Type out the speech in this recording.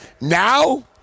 now